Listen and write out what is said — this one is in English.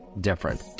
different